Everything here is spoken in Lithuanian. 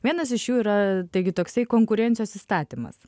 vienas iš jų yra taigi toksai konkurencijos įstatymas